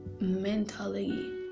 mentally